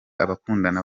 abakundana